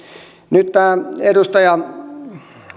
nyt edustaja